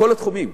בכל התחומים.